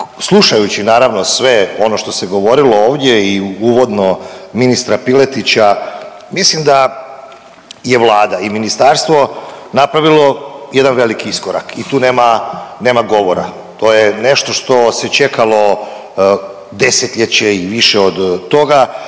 slušajući naravno sve ono što se govorilo ovdje i uvodno ministra Piletića, mislim da je Vlada i ministarstvo napravilo jedan veliki iskorak i tu nema, nema govora. To je nešto što se čekalo desetljeće i više od toga.